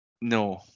No